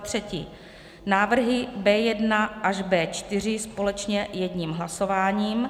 3. návrhy B1 až B4 společně jedním hlasováním